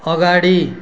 अगाडि